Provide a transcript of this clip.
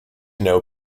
know